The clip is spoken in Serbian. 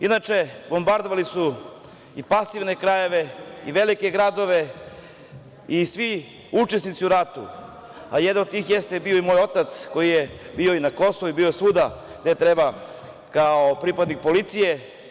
Inače, bombardovali su i pasivne krajeve i velike gradove i svi učesnici u ratu, a jedan od tih, jeste bio i moj otac koji je bio i na Kosovu, i bio svuda gde treba kao pripadnik policije.